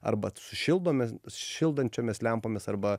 arba sušildome šildančiomis lempomis arba